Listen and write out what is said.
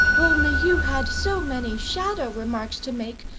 only you had so many shadow-remarks to make,